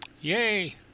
Yay